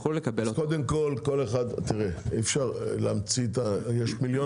יש מיליון